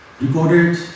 recorded